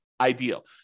ideal